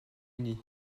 uni